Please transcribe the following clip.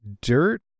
dirt